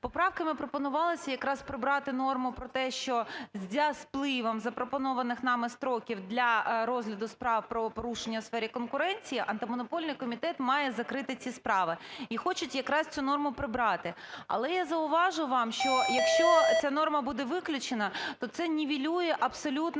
Поправками пропонувалось якраз прибрати норму про те, що за спливом запропонованих нами строків для розгляду справ правопорушення у сфері конкуренції, Антимонопольний комітет має закрити ці справи. І хочуть якраз цю норму прибрати. Але я зауважу вам, що якщо ця норма буде виключена, то це нівелює абсолютно